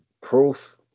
proof